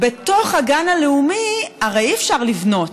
ובתוך הגן הלאומי הרי אי-אפשר לבנות,